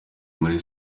muri